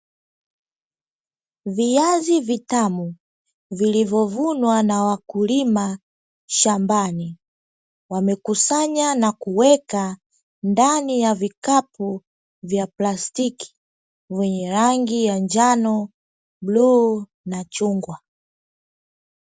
Viazi vitamu vilivyovunwa na wakulima shambani wamekusanya na kuweka ndani ya vikapu vya plastiki vyenye rangi ya njano, bluu na chungwa